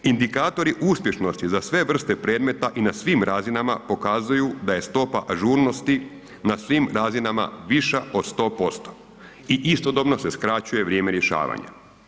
Indikatori uspješnosti za sve vrste predmeta i na svim razinama pokazuju da je stopa ažurnosti na svim razinama viša od 100% i istodobno se skraćuje vrijeme rješavanja.